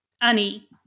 Annie